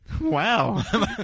Wow